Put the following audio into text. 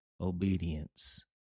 obedience